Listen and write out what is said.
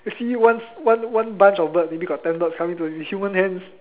see one one one bunch of birds maybe got ten birds coming to you with human hands